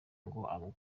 ngo